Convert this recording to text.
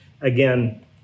again